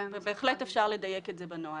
כן, ובהחלט אפשר לדייק את זה בנוהל.